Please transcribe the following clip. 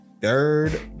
third